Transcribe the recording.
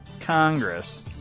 Congress